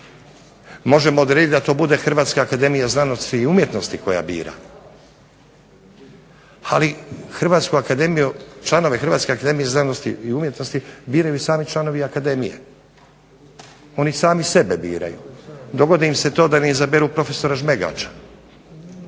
Možemo odrediti da to bude Hrvatska akademija znanosti i umjetnosti koja bira, ali Hrvatsku akademiju, članove Hrvatske akademije znanosti i umjetnosti biraju sami članovi Akademije, oni sami sebe biraju. Dogodi im se to da ne izaberu prof. Žmegača